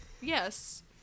yes